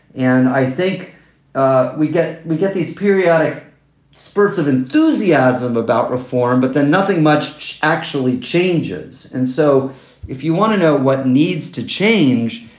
and i think ah we get we get these periodic spurts of enthusiasm about reform, but then nothing much actually changes. and so if you want to know what needs to change,